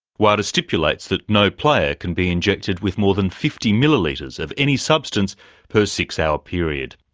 wada stipulates that no player can be injected with more than fifty millilitres of any substance per six-hour ah period.